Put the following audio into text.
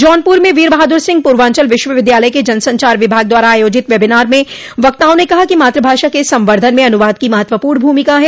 जौनपुर में वीर बहादुर सिंह पूर्वांचल विश्वविद्यालय के जनसंचार विभाग द्वारा आयोजित वेबिनार में वक्ताओं ने कहा कि मात्रभाषा के संवर्द्वन में अनुवाद की महत्वपूर्ण भूमिका है